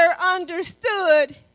understood